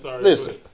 listen